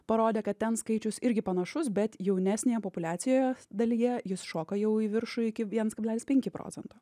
parodė kad ten skaičius irgi panašus bet jaunesnėje populiacijoje dalyje jis šoka jau į viršų iki viens kablelis penki procento